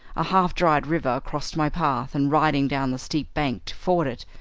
a half-dried river crossed my path, and, riding down the steep bank to ford it,